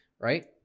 Right